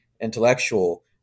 intellectual